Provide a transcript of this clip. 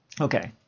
Okay